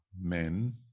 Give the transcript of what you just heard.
men